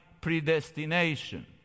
predestination